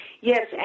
Yes